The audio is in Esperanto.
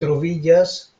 troviĝas